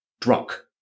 drunk